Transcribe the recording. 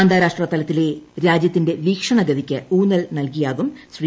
അന്താരാഷ്ട്രതലത്തിലെ രാജ്യത്തിന്റെ വീക്ഷണഗതിയ്ക്ക് ഊന്നൽ നൽകിയാകും ശ്രീ